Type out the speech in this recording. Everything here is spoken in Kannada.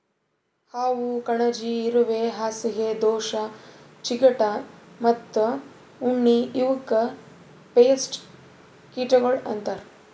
ಹಾವು, ಕಣಜಿ, ಇರುವೆ, ಹಾಸಿಗೆ ದೋಷ, ಚಿಗಟ ಮತ್ತ ಉಣ್ಣಿ ಇವುಕ್ ಪೇಸ್ಟ್ ಕೀಟಗೊಳ್ ಅಂತರ್